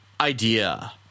idea